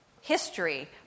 history